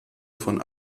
von